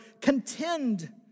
contend